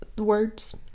Words